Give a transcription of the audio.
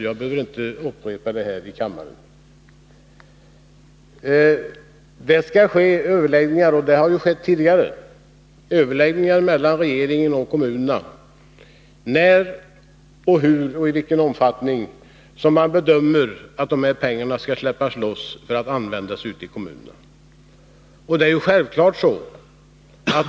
Jag behöver inte upprepa det här i kammaren. Det skall — som det har gjort tidigare — äga rum överläggningar mellan regeringen och kommunerna om när, hur och i vilken omfattning som dessa pengar skall släppas loss för att användas ute i kommunerna.